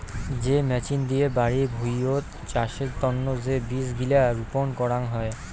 যে মেচিন দিয়ে বাড়ি ভুঁইয়ত চাষের তন্ন যে বীজ গিলা রপন করাং হই